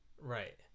Right